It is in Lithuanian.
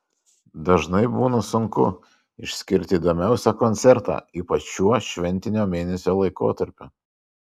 dažnai būna sunku išskirti įdomiausią koncertą ypač šiuo šventinio mėnesio laikotarpiu